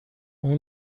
اول